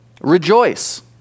rejoice